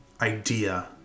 idea